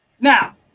Now